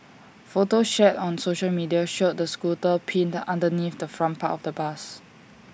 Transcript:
photos shared on social media showed the scooter pinned underneath the front part of the bus